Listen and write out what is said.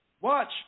Watch